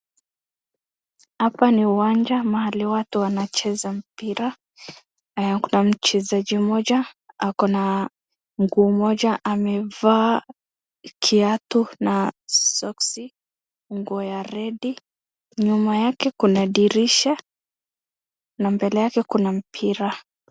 Hapa ni uwanja mahali watu wanacheza mpira. Kuna mchezaji mmoja akona mguu mmoja amevaa kiatu na soksi nguo ya redi . Nyuma yake kuna dirisha na mbele yake kuna mpira.